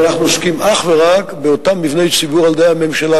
אבל אנחנו עוסקים אך ורק באותם מבני ציבור על-ידי הממשלה,